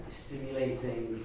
stimulating